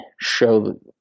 show